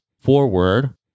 forward